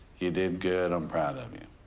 you did good. i'm proud of you.